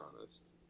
honest